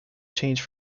change